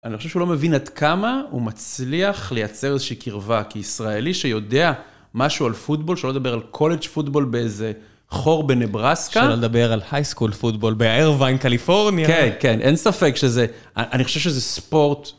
אני חושב שהוא לא מבין עד כמה הוא מצליח לייצר איזושהי קרבה כישראלי שיודע משהו על פוטבול, שלא לדבר על קולג' פוטבול באיזה חור בנברסקה. שלא לדבר על הייסקול פוטבול בייארווין קליפורמי. כן, כן, אין ספק שזה, אני חושב שזה ספורט.